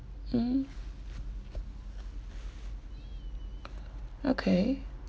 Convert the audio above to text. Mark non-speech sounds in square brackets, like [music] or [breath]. mm [breath] okay